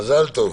מזל טוב.